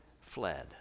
fled